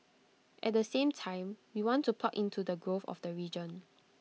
at the same time we want to plug into the growth of the region